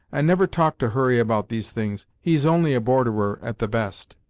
and never talk to hurry about these things he's only a borderer, at the best.